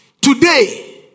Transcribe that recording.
Today